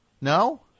No